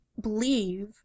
believe